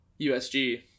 USG